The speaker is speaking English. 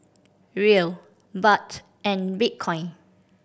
Riel Baht and Bitcoin